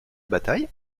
bataille